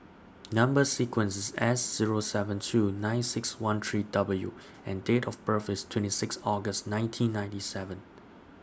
Number sequence IS S Zero seven two nine six one three W and Date of birth IS twenty six August nineteen ninety seven